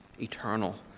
eternal